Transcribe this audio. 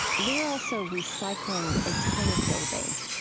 they're also recycling entire buildings,